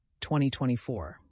2024